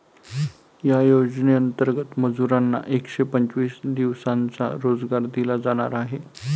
या योजनेंतर्गत मजुरांना एकशे पंचवीस दिवसांचा रोजगार दिला जाणार आहे